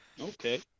Okay